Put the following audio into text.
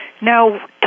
Now